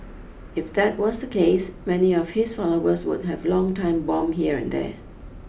if that was the case many of his followers would have long time bomb here and there